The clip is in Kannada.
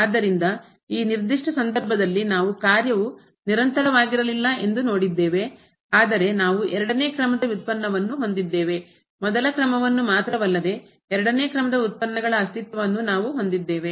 ಆದ್ದರಿಂದ ಈ ನಿರ್ದಿಷ್ಟ ಸಂದರ್ಭದಲ್ಲಿ ನಾವು ಕಾರ್ಯವು ನಿರಂತರವಾಗಿರಲಿಲ್ಲ ಎಂದು ನೋಡಿದ್ದೇವೆ ಆದರೆ ನಾವು ಎರಡನೇ ಕ್ರಮದ ವ್ಯುತ್ಪನ್ನವನ್ನು ಹೊಂದಿದ್ದೇವೆ ಮೊದಲ ಕ್ರಮವನ್ನು ಮಾತ್ರವಲ್ಲದೆ ಎರಡನೇ ಕ್ರಮದ ಉತ್ಪನ್ನಗಳ ಅಸ್ತಿತ್ವವನ್ನು ನಾವು ಹೊಂದಿದ್ದೇವೆ